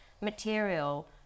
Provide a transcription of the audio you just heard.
material